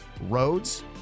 Roads